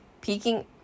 peeking